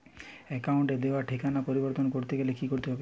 অ্যাকাউন্টে দেওয়া ঠিকানা পরিবর্তন করতে গেলে কি করতে হবে?